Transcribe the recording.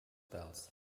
bells